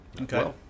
Okay